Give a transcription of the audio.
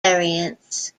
variants